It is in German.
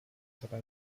dabei